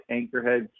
Anchorhead